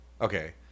Okay